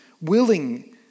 willing